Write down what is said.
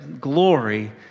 glory